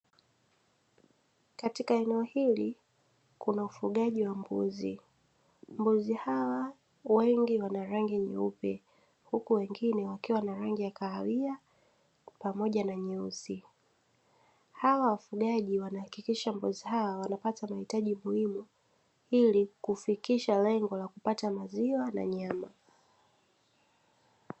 Katika eneo hili kuna ufugaji wa mbuzi, mbuzi hawa wengi wana rangi nyeupe huku wengine wakiwa na rangi ya kahawia pamoja na nyeusi, hawa wafugaji wanahakikisha mbuzi hawa wanapata mahitaji muhimu ili kufikisha lengo la kupata maziwa na nyama.